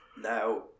Now